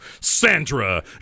Sandra